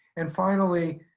and finally,